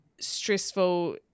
stressful